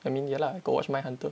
I mean ya lah go watch mind hunter